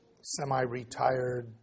semi-retired